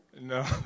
No